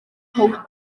powdwr